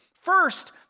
First